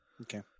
Okay